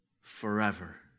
forever